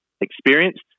experienced